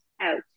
out